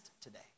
today